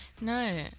No